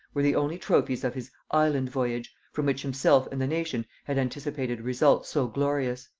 were the only trophies of his island voyage, from which himself and the nation had anticipated results so glorious.